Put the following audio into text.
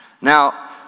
Now